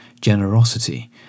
generosity